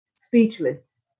Speechless